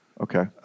Okay